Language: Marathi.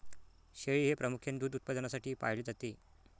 शेळी हे प्रामुख्याने दूध उत्पादनासाठी पाळले जाते